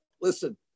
listen